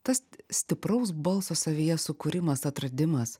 tas stipraus balso savyje sukūrimas atradimas